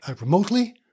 remotely